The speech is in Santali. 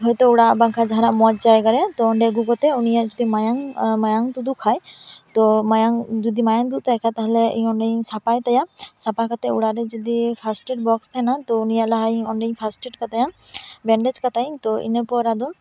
ᱦᱳᱭᱛᱳ ᱚᱲᱟᱜ ᱵᱟᱝᱠᱷᱟᱱ ᱢᱚᱸᱡᱽ ᱡᱟᱭᱜᱟ ᱨᱮ ᱛᱳ ᱚᱸᱰᱮ ᱟᱹᱜᱩ ᱠᱟᱛᱮᱫ ᱩᱱᱤᱭᱟᱜ ᱡᱩᱫᱤ ᱢᱟᱭᱟᱝ ᱢᱟᱭᱟᱝ ᱛᱩᱫᱩᱜ ᱠᱷᱟᱡ ᱛᱳ ᱢᱟᱭᱟᱝ ᱡᱩᱫᱤ ᱢᱟᱭᱟᱝ ᱛᱩᱫᱩᱜ ᱛᱟᱭ ᱠᱷᱟᱡ ᱛᱟᱦᱚᱞᱮ ᱤᱧ ᱚᱸᱰᱮᱧ ᱥᱟᱯᱷᱟᱭ ᱛᱟᱭᱟ ᱥᱟᱯᱷᱟ ᱠᱟᱛᱮ ᱚᱲᱟᱜ ᱨᱮ ᱡᱩᱫᱤ ᱯᱷᱟᱥᱴᱮᱰ ᱵᱚᱠᱥ ᱛᱟᱦᱮᱸᱱᱟ ᱛᱳ ᱩᱱᱤᱭᱟᱜ ᱞᱟᱦᱟᱧ ᱚᱸᱰᱮᱧ ᱯᱟᱥᱴᱮᱰ ᱠᱟᱛᱟᱭᱟ ᱵᱮᱱᱰᱮᱡ ᱠᱟᱛᱟᱭᱟᱧ ᱛᱳ ᱤᱱᱟᱹ ᱯᱚᱨ ᱟᱫᱚ